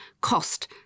cost